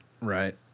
Right